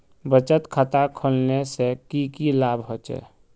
बचत खाता खोलने से की की लाभ होचे?